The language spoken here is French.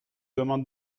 demande